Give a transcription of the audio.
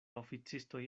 oficistoj